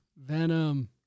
Venom